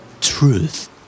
Truth